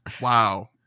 wow